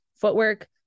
footwork